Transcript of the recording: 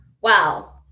wow